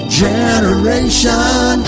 generation